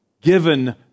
given